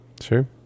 sure